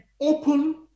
open